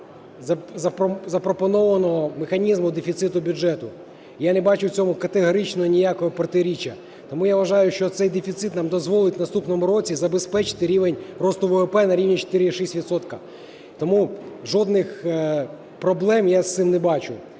запропонованого механізму дефіциту бюджету. Я не бачу в цьому категорично ніякого протиріччя. Тому я вважаю, що цей дефіцит нам дозволить в наступному році забезпечити рівень росту ВВП на рівні 4,6 відсотка. Тому жодних проблем я з цим не бачу.